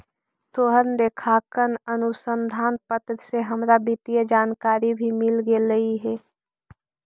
तोहर लेखांकन अनुसंधान पत्र से हमरा वित्तीय जानकारी भी मिल गेलई हे